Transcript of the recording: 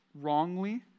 wrongly